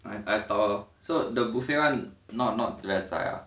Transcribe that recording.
I I talk so the buffet [one] not not